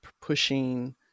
pushing